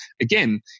again